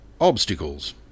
obstacles